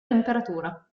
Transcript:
temperatura